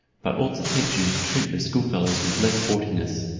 but ought to teach you to treat your schoolfellows with less haughtiness.